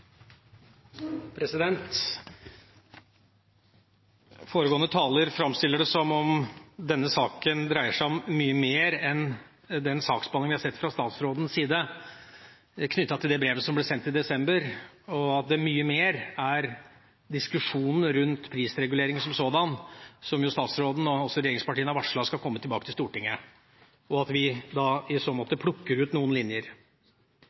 framstiller det som om denne saken dreier seg om mye mer enn den saksbehandling vi har sett fra statsrådens side, knyttet til det brevet som ble sendt i desember, og at det mye mer er diskusjonen rundt prisregulering som sådan, som jo statsråden og regjeringspartiene har varslet skal komme tilbake til Stortinget, og at vi da i så måte plukker ut noen linjer.